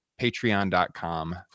Patreon.com